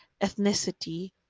ethnicity